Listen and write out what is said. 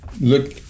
look